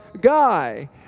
guy